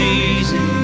easy